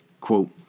quote